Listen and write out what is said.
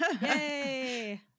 Yay